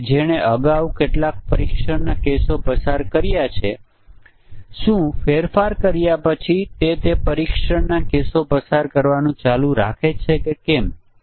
તેથી જો 3 પરિમાણો કોઈપણ 3 પરિમાણો જે ચોક્કસ મૂલ્ય લે છે અથવા કોઈપણ 2 પરિમાણો અમુક ચોક્કસ મૂલ્ય લે છે અથવા એક પરિમાણ ચોક્કસ મૂલ્ય લે છે તો જ સમસ્યા થાય છે